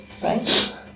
Right